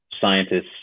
scientists